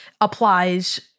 applies